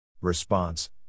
Response